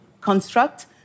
construct